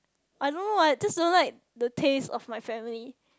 I don't know why just don't like the taste of my family